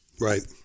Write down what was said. Right